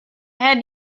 had